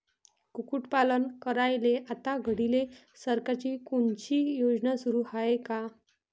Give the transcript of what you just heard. कुक्कुटपालन करायले आता घडीले सरकारची कोनची योजना सुरू हाये का?